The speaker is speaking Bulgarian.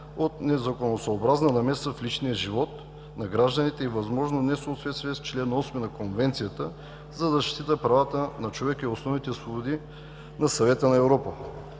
от незаконосъобразна намеса в личният живот на гражданите и възможно несъответствие с чл. 8 на Конвенцията за защита правата на човека и основните свободи на Съвета на Европа.